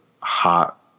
hot